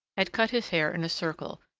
had cut his hair in a circle,